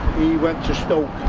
went to stoke.